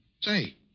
Say